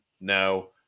No